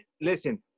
Listen